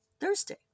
Thursday